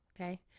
Okay